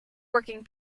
working